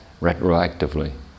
retroactively